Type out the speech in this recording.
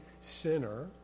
sinner